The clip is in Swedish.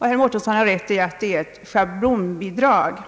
samt att det här är fråga om ett schablonbidrag.